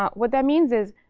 what that means is